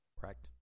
Correct